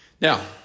Now